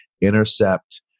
intercept